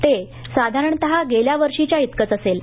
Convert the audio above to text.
ते साधारणतः गेल्या वर्षीच्या तिकंच असेल